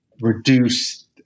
reduce